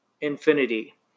infinity